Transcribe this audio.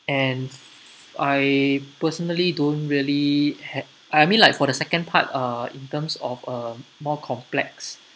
and I personally don't really ha~ I mean like for the second part uh in terms of a more complex